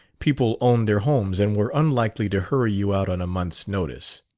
people owned their homes and were unlikely to hurry you out on a month's notice.